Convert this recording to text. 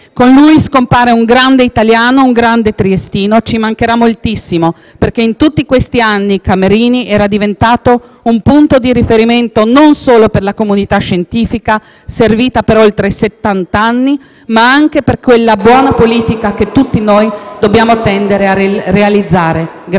Con lui scompare un grande italiano e un grande triestino. Ci mancherà moltissimo, perché in tutti questi anni Camerini era diventato un punto di riferimento non solo per la comunità scientifica servita per oltre settanta anni, ma anche per quella buona politica che tutti noi dobbiamo tendere a realizzare. Grazie